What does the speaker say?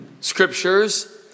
scriptures